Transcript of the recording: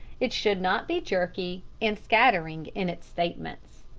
it should not be jerky and scattering in its statements.